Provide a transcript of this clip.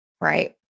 right